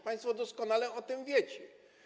Państwo doskonale o tym wiecie.